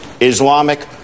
islamic